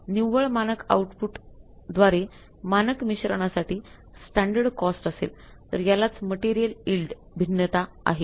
निव्वळ मानक आउटपुटद्वारे मानक मिश्रणासाठी स्टँडर्ड कॉस्ट असेल तर यालाच मटेरियल यील्ड भिन्नता आहे